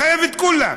מחייב את כולם.